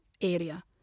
area